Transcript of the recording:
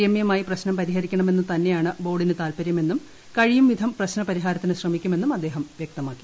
രമ്യമായി പ്രശ്നം പരിഹരിക്കണമെന്നു തന്നെയാണു ബോർഡിനു താത്പര്യമെന്നും കഴിയുംവിധം പ്രശ് നപരിഹാരത്തിനു ശ്രമിക്കുമെന്നും അദ്ദേഹം വൃക്തമാക്കി